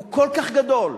הוא כל כך גדול,